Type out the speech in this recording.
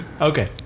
Okay